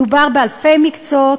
מדובר באלפי מקצועות,